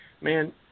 man